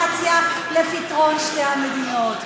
שגורמת לדה-לגיטימציה של פתרון שתי המדינות.